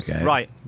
Right